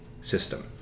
system